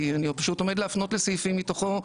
כי אני פשוט עומד להפנות לסעיפים מתוכו,